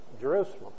Jerusalem